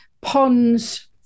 ponds